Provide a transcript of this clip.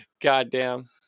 Goddamn